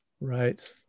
right